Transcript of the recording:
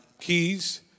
keys